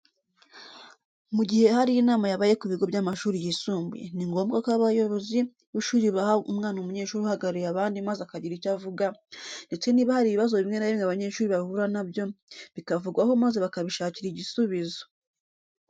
Mu gihe hari inama yabaye ku bigo by'amashuri yisumbuye, ni ngombwa ko abayobozi b'ishuri baha umwanya umunyeshuri uhagarariye abandi maze akagira icyo avuga, ndetse niba hari ibibazo bimwe na bimwe abanyeshuri bahura na byo, bikavugwaho maze bakabishakira igisubizo.